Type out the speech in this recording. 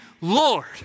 Lord